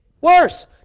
worse